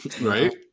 Right